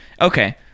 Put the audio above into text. Okay